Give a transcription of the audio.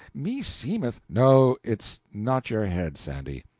meseemeth no, it's not your head, sandy.